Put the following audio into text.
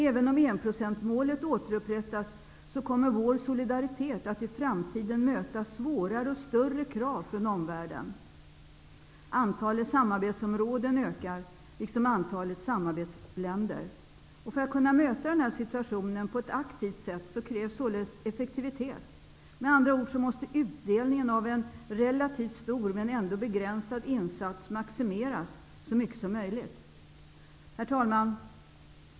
Även om enprocentsmålet återupprättas kommer vår solidaritet i framtiden att möta svårare och större krav från omvärlden. Antalet samarbetsområden ökar liksom antalet samarbetsländer. För att kunna möta den här situationen på ett aktivt sätt krävs det effektivitet. Med andra ord: Utdelningen av en relativt stor, men ändå begränsad, insats maximeras så mycket som möjligt. Herr talman!